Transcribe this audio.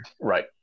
Right